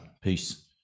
Peace